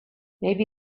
maybe